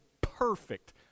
perfect